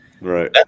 Right